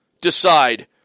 decide